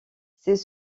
c’est